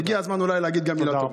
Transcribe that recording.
והגיע הזמן אולי להגיד גם מילה טובה.